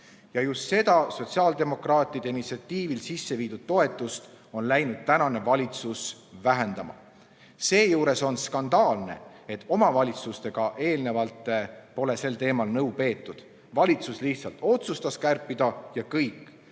Ja just seda sotsiaaldemokraatide initsiatiivil loodud toetust on läinud tänane valitsus vähendama. Seejuures on skandaalne, et omavalitsustega pole eelnevalt sel teemal nõu peetud. Valitsus lihtsalt otsustas kärpida, ja kõik.